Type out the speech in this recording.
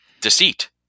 deceit